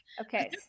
Okay